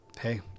hey